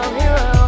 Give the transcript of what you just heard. hero